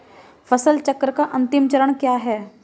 फसल चक्र का अंतिम चरण क्या है?